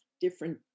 different